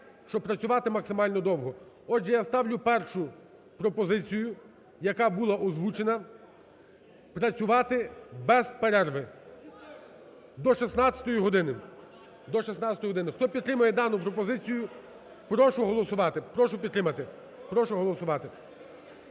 щоб працювати максимально довго. Отже, я ставлю першу пропозицію, яка була озвучена, працювати без перерви до 16-ї години, до 16-ї години. Хто підтримує дану пропозицію, прошу голосувати,